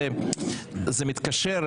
זה מתקשר,